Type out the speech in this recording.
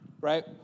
right